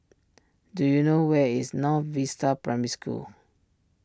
do you know where is North Vista Primary School